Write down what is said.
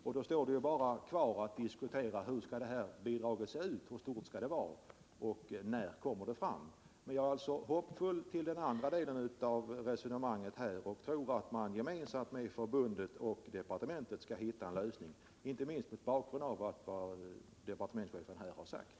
Då återstår det bara att diskutera hur stort bidraget skall vara och när det skall betalas ut. Jag är alltså hoppfull när det gäller den andra delen av resonemanget och tror att förbundet och departementet gemensamt skall kunna finna en lösning, inte minst med tanke på vad departementschefen har sagt här i dag.